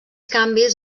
canvis